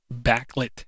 Backlit